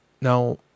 Now